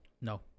No